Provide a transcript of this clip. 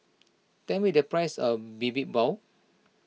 tell me the price of Bibimbap